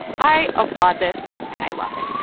i applaud this and i love it.